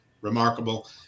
remarkable